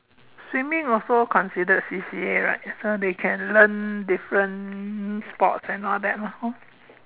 see me of all can see the C_C_A early can learn this friend sports on all by